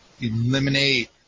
eliminate